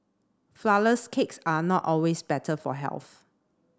flourless cakes are not always better for health